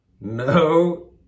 No